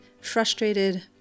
frustrated